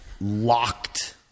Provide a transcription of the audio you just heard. locked